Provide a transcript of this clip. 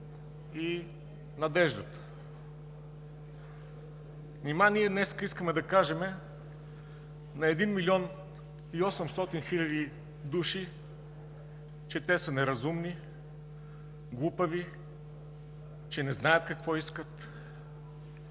и надеждата. Нима ние днес искаме да кажем на един милион и осемстотин хиляди души, че те са неразумни, глупави, че не знаят какво искат?